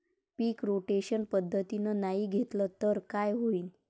पीक rotation पद्धतीनं नाही घेतलं तर काय होईन?